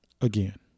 again